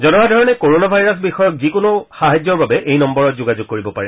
জনসাধাৰণে corona virus বিষয়ক যিকোনো সাহায্যৰ বাবে এই নম্বৰত যোগাযোগ কৰিব পাৰে